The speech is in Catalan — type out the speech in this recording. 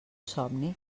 somni